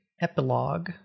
epilogue